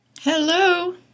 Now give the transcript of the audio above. Hello